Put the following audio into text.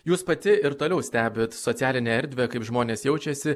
jūs pati ir toliau stebit socialinę erdvę kaip žmonės jaučiasi